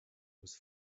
was